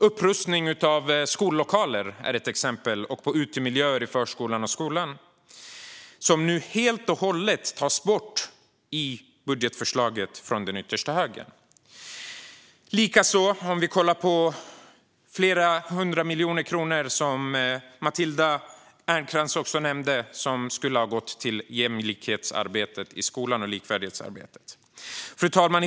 Upprustning av skollokaler är ett exempel, liksom satsningar på utemiljöer i förskolan och skolan. Dessa satsningar tas nu helt och hållet bort i budgetförslaget från den yttersta högern. Likaså kan vi nämna de flera hundra miljoner som skulle ha gått till jämlikhets och likvärdighetsarbetet i skolan, vilket Matilda Ernkrans också nämnde. Fru talman!